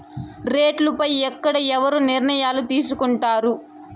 రేట్లు పై ఎక్కడ ఎవరు నిర్ణయాలు తీసుకొంటారు?